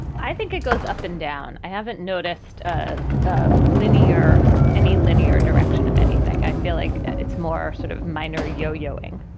i think it goes up and down. i haven't noticed ah a linear and a linear direction of anything. i feel like it's more sort of minor yo yoing,